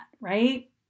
Right